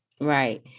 Right